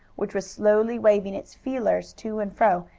which was slowly waving its feelers to and fro,